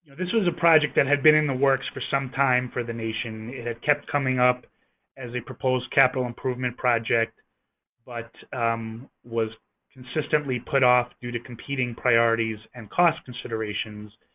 this was a project that and had been in the works for some time for the nation. it had kept coming up as a proposed capital improvement project but was consistently put off due to competing priorities and cost considerations.